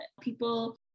people